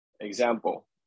Example